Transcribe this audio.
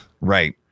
right